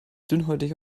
dünnhäutig